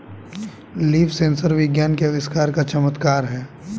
leaf sensor विज्ञान के आविष्कार का चमत्कार है